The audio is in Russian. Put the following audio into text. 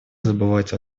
забывать